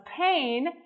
pain